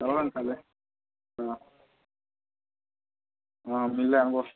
ଦବାନି ତାହାଲେ ହଁ ହଁ ମିଲ୍ଲେ ଆନ୍ବୋ